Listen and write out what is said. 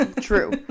True